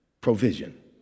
provision